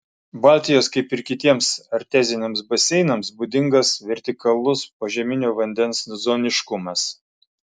baltijos kaip ir kitiems arteziniams baseinams būdingas vertikalus požeminio vandens zoniškumas